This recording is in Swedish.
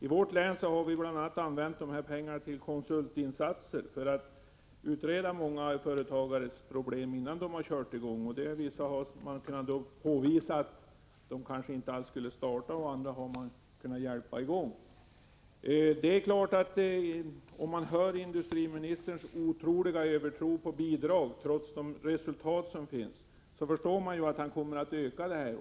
I vårt län har vi använt pengarna till bl.a. konsultinsatser för att utreda företagares problem, innan de har kört i gång. I vissa fall har man kunnat påvisa att det inte varit lämpligt att över huvud taget starta, och i vissa andra fall har man kunnat ge hjälp för igångsättandet. När man märker industriministerns starka tro på bidrag — trots de dåliga resultaten — förstår man ju att han kommer att öka bidragen.